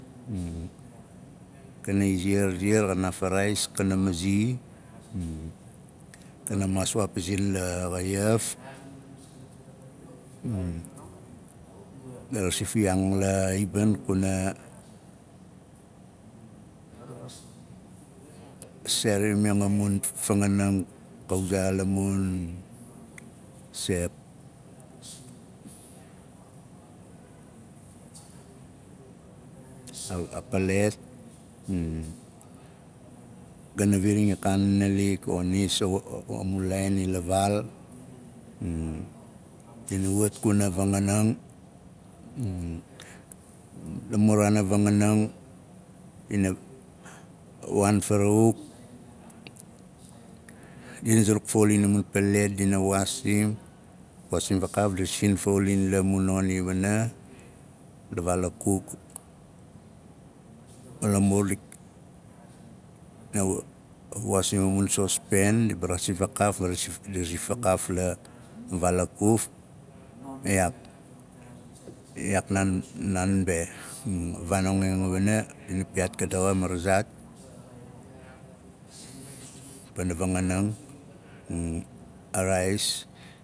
ga iziar iziar xa naaf a raaias kana mazi ga rasi fa wiyaang la iban kuna serim ang a mun fanganang ka wuzaa la mu se a palet gana viring a kaana nalik o nis a mu laain ila vaal dina wat kuna vanganang la muraana vanganang dina waan farawuk dina zuruk fauling a mun palet dina waasim waasim fakaaf dina rasin fauling la mun non i wana la vaal a kuk ma lamur wasim a mun sospen di baraasim fakaaf di rasi rasin fakaaf la vaala kufk. Iyaak naan naan be a vaanonging iwana dina piyaat ka daxa marazaat pana vanganang a raais